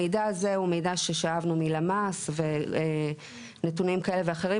המידע הזה הוא מידע ששאבנו מלמ"ס ונתונים כאלה ואחרים.